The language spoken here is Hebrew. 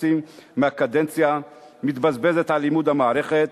חצי מהקדנציה מתבזבזת על לימוד המערכת,